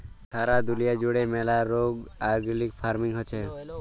সারা দুলিয়া জুড়ে ম্যালা রোক অর্গ্যালিক ফার্মিং হচ্যে